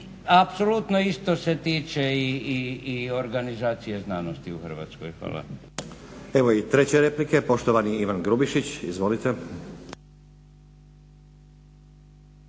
Apsolutno isto se tiče i organizacije znanosti u Hrvatskoj. Hvala.